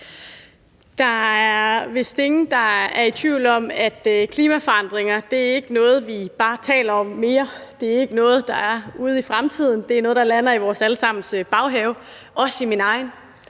Der er vist ingen, der er i tvivl om, at klimaforandringer ikke er noget, vi bare taler om mere. Det er ikke noget, der er ude i fremtiden. Det er noget, der lander i vores alle sammens baghave, også i min egen